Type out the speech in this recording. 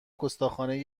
گستاخانهی